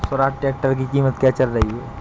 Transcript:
Swaraj tractor की कीमत क्या चल रही है?